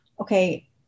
Okay